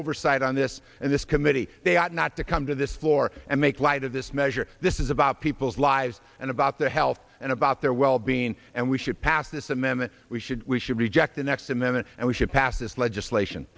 oversight on this and this committee they ought not to come to this floor and make light of this measure this is about people's lives and about their health and about their well being and we should pass this amendment we should we should reject the next a minute and we should pass this legislation